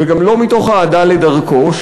וגם לא מתוך אהדה לדרכו,